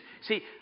See